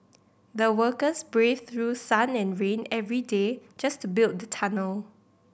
the workers braved through sun and rain every day just to build the tunnel